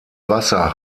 wasser